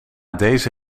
deze